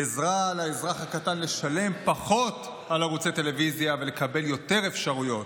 עזרה לאזרח הקטן לשלם פחות על ערוצי טלוויזיה ולקבל יותר אפשרויות,